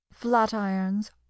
flat-irons